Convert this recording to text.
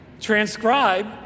transcribe